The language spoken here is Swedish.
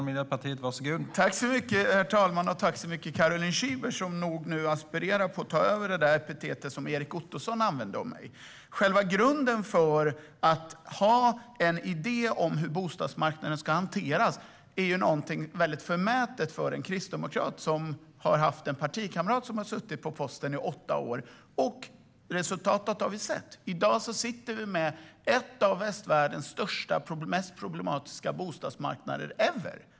Herr talman! Tack så mycket, Caroline Szyber, som nog aspirerar på att ta över epitetet som Erik Ottoson använde om mig! Själva grunden för att ha en idé om hur bostadsmarknaden ska hanteras är något förmätet för en kristdemokrat, som har haft en partikamrat som suttit på posten som bostadsminister i åtta år. Resultatet har vi sett: I dag sitter vi med en av västvärldens mest problematiska bostadsmarknader ever.